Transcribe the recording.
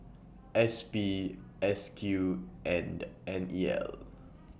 S P S Q and N E L